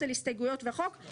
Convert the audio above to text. הצעת חוק הכנסת (תיקון מס' 49),